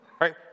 right